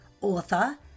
author